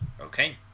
Okay